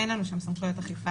אין לנו שם סמכויות אכיפה.